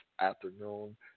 afternoon